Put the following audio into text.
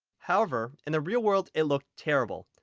however in the real world it looks terrible.